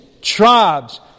tribes